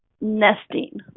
nesting